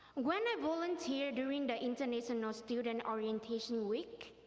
when i volunteered during the international student orientation week,